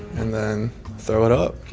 and then throw it up.